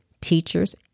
teachers